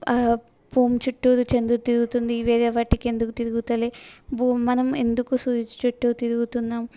భూమి చుట్టూరు చంద్రుడు తిరుగుతుంది వేరేవాటికి ఎందుకు తిరుగడం లేదు భూమి మనం ఎందుకు సూర్యుని చుట్టూ తిరుగుతున్నాము